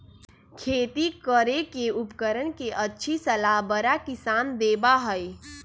खेती करे के उपकरण के अच्छी सलाह बड़ा किसान देबा हई